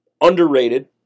underrated